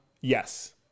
Yes